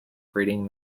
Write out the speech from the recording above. breeding